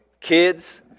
kids